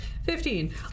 Fifteen